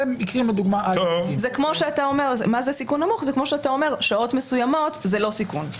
זה כמו שאתה אומר שעות מסוימות זה לא סיכון.